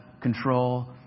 control